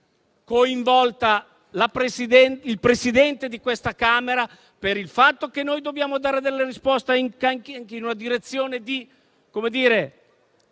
coinvolto il Presidente di questa Camera, per il fatto che dobbiamo dare risposte anche in una direzione di tutela del